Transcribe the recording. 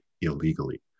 illegally